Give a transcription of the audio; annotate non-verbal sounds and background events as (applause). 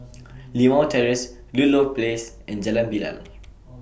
(noise) Limau Terrace Ludlow Place and Jalan Bilal